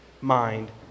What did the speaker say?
mind